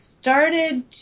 started